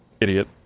Idiot